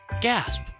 Gasp